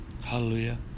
Hallelujah